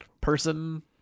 person